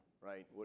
right